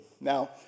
now